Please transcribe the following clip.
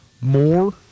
more